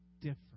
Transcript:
different